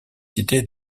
cité